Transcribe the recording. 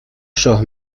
شاه